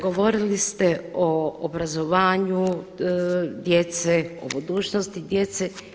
Govorili ste o obrazovanju djece, o budućnosti djece.